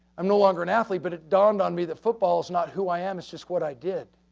i'm no longer an athlete but it dawned on me that football is not who i am it's just what i did,